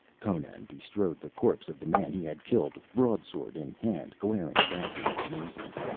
conan bestrode the corpse of the man he had killed, broadsword in hand, glaring about him in amazement.